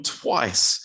twice